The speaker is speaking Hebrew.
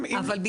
אם --- אבל,